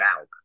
out